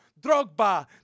Drogba